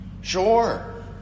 Sure